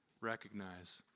recognize